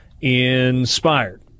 inspired